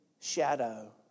shadow